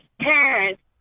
parents